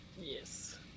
yes